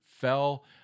fell